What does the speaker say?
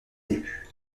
élu